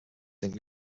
think